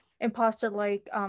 imposter-like